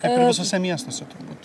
kaip ir visuose miestuose turbūt